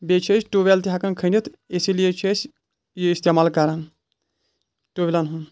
بیٚیہِ چھِ أسۍ ٹوٗویل تہِ ہؠکان کھٔنِتھ اسی لیے چھِ أسۍ یہِ استعمال کران ٹوٗویلن ہُنٛد